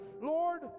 Lord